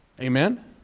Amen